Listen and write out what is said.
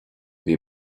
bhí